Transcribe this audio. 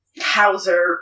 Houser